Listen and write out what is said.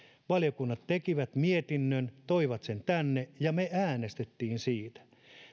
valiokunnat tekivät mietinnön toivat sen tänne ja me äänestimme siitä